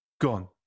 gone